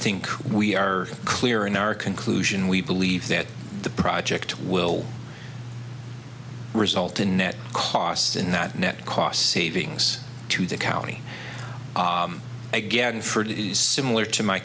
think we are clear in our conclusion we believe that the project will result in net cost in that net cost savings to the county again for it is similar to my